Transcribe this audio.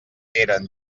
eren